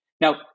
Now